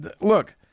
Look